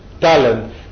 talent